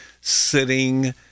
sitting